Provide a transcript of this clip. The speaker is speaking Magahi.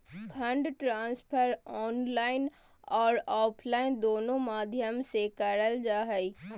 फंड ट्रांसफर ऑनलाइन आर ऑफलाइन दोनों माध्यम से करल जा हय